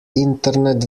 internet